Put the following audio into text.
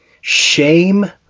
shame